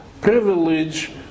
privilege